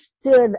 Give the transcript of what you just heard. stood